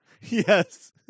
Yes